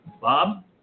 bob